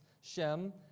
Shem